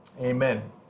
Amen